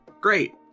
great